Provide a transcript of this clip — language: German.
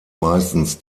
meistens